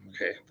Okay